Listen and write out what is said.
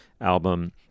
album